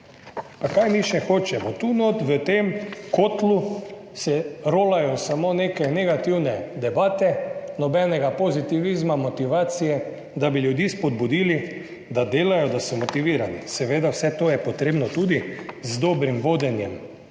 Pa kaj mi še hočemo? Tu notri v tem kotlu se rolajo samo neke negativne debate, nobenega pozitivizma, motivacije, da bi ljudi spodbudili, da delajo, da so motivirani. Seveda, za vse to je treba tudi dobro vodenje,